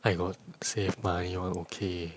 I got save money one okay